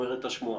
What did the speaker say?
כך אומרת השמועה.